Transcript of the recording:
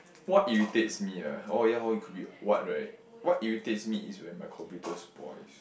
what irritates me ah oh ya hor it could be what right what irritates me is when my computer spoils